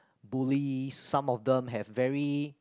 bullies some of them have very